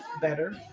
better